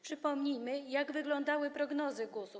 Przypomnijmy, jak wyglądały prognozy GUS-u.